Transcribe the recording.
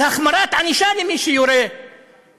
על החמרת הענישה על מי שיורה בחתונות.